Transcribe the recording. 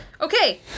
Okay